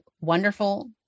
wonderful